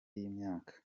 y’imyaka